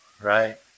Right